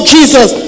Jesus